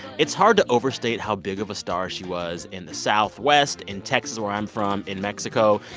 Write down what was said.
it's hard to overstate how big of a star she was in the southwest, in texas, where i'm from, in mexico.